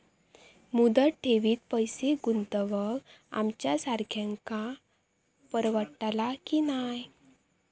मुदत ठेवीत पैसे गुंतवक आमच्यासारख्यांका परवडतला की नाय?